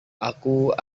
aku